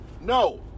no